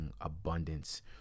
abundance